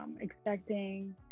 expecting